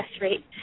rate